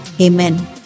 Amen